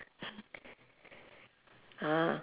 ah